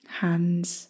hands